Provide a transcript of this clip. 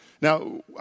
Now